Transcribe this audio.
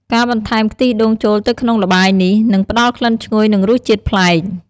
ការបន្ថែមខ្ទិះដូងចូលទៅក្នុងល្បាយនេះ នឹងផ្ដល់ក្លិនឈ្ងុយ និងរសជាតិប្លែក។